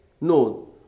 No